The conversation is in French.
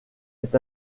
est